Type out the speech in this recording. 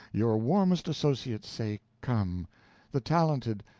your warmest associates say come the talented,